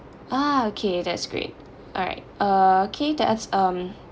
ah okay that's great all right uh K that's um